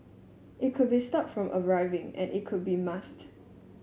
it could be stopped from arriving and it could be masked